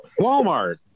Walmart